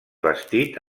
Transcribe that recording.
bastit